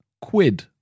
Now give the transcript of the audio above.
quid